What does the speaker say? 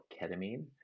ketamine